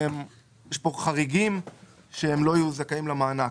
יש פה חריגים שלא יהיו זכאים למענק.